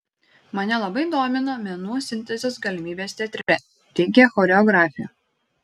mane labai domina menų sintezės galimybės teatre teigia choreografė